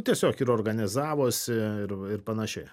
tiesiog ir organizavosi ir ir panašiai